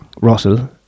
Russell